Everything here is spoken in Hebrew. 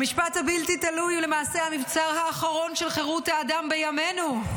"המשפט הבלתי-תלוי הוא למעשה המבצר האחרון של חירות האדם בימינו.